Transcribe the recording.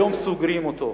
היום סוגרים אותו.